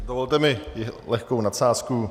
Dovolte mi lehkou nadsázku.